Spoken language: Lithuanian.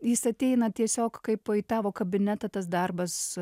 jis ateina tiesiog kaip a į tavo kabinetą tas darbas